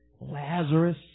Lazarus